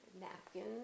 napkins